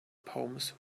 poems